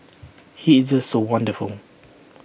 he is just so wonderful